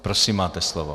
Prosím, máte slovo.